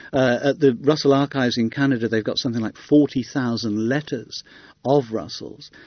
ah the russell archives in canada, they've got something like forty thousand letters of russell's.